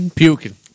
puking